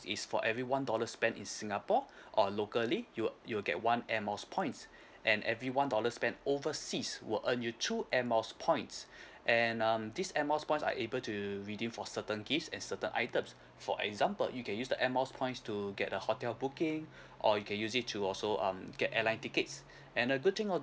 is for every one dollar spent in singapore or locally you'll you'll get one air miles points and every one dollar spent overseas will earn you two air miles points and um this air miles points are able to redeem for certain gifts and certain items for example you can use the air miles points to get a hotel booking or you can use it to also um get airline tickets and a good thing of